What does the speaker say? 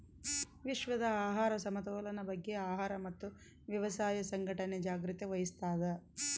ವಿಶ್ವದ ಆಹಾರ ಸಮತೋಲನ ಬಗ್ಗೆ ಆಹಾರ ಮತ್ತು ವ್ಯವಸಾಯ ಸಂಘಟನೆ ಜಾಗ್ರತೆ ವಹಿಸ್ತಾದ